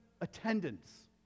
attendance